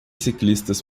ciclistas